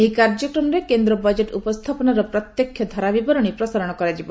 ଏହି କାର୍ଯ୍ୟକ୍ରମରେ କେନ୍ଦ୍ର ବଜେଟ୍ ଉପସ୍ଥାପନର ପ୍ରତ୍ୟକ୍ଷ ଧାରାବିବରଣୀ ପ୍ରସାରଣ କରାଯିବ